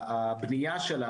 ממש בימים אלה היה קול קורא,